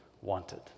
wanted